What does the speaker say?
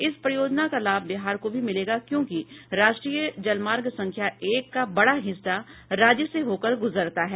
इस परियोजना का लाभ बिहार को भी मिलेगा क्योंकि राष्ट्रीय जलमार्ग संख्या एक का बड़ा हिस्सा राज्य से होकर गुजरता है